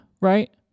right